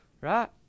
Right